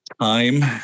time